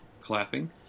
clapping